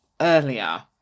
earlier